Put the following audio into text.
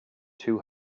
two